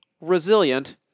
resilient